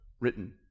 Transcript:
written